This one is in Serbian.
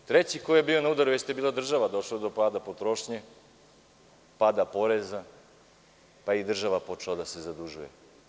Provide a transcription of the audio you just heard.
Treći koji je bio na udaru je bila država, došlo je do pada potrošnje, pada poreza, pa je i država počela da se zadužuje.